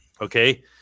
Okay